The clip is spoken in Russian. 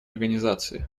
организации